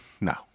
no